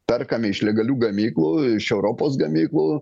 perkame iš legalių gamyklų iš europos gamyklų